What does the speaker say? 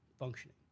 Functioning